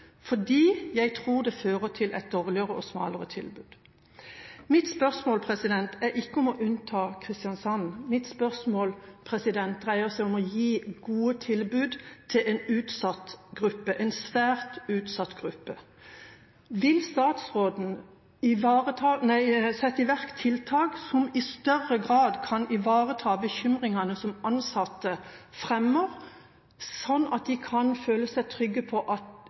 fordi jeg tror det fører til et dårligere og smalere tilbud.» Mitt spørsmål er ikke om å unnta Kristiansand, mitt spørsmål dreier seg om å gi gode tilbud til en utsatt gruppe – en svært utsatt gruppe. Vil statsråden sette i verk tiltak som i større grad kan ta seg av bekymringene som ansatte fremmer, sånn at de kan føle seg trygge på at